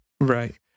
Right